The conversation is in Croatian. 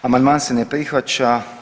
Amandman se ne prihvaća.